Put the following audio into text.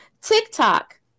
TikTok